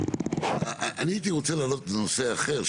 אני הייתי רוצה להעלות נושא אחר,